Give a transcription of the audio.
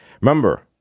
Remember